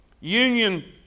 Union